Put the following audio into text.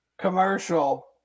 commercial –